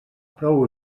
prou